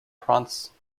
province